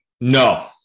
No